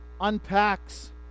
unpacks